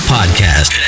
Podcast